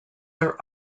are